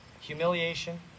Humiliation